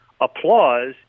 Applause